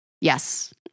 Yes